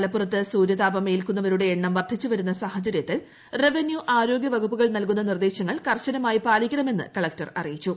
മലപ്പുറത്ത് സൂര്യാതപം ഏൽക്കുന്നവരുടെ എണ്ണം വർധിച്ചുവരുന്ന സാഹചര്യത്തിൽ റവന്യൂ ആരോഗ്യ വകുപ്പുകൾ നൽകുന്ന നിർദേശങ്ങൾ കർശനമായി പാലിക്കണമെന്ന് കലക്ടർ അറിയിച്ചു